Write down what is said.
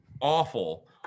awful